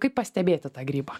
kaip pastebėti tą grybą